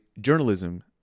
journalism